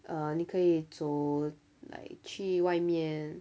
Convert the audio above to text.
err 你可以走 like 去外面